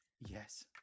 Yes